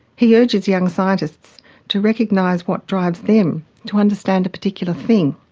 he urges young scientists to recognise what drives them to understand a particular thing,